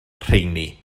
rheini